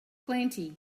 plenty